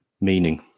meaning